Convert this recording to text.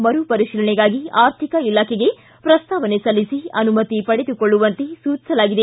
ಮರುಪರಿತೀಲನೆಗಾಗಿ ಆರ್ಥಿಕ ಇಲಾಖೆಗೆ ಪ್ರಸ್ತಾವನೆ ಸಲ್ಲಿಸಿ ಅನುಮತಿ ಪಡೆದುಕೊಳ್ಳುವಂತೆ ಸೂಚಿಸಲಾಗಿದೆ